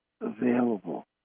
available